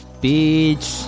Beach